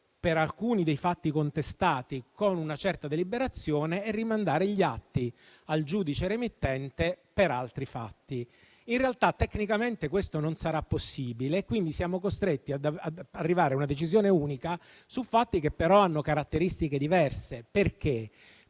per alcuni dei fatti contestati con una certa deliberazione e rimandare gli atti al giudice remittente per altri fatti. In realtà, tecnicamente questo non sarà possibile e, quindi, siamo costretti ad arrivare ad una decisione unica su fatti che però hanno caratteristiche diverse. È